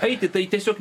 eiti tai tiesiog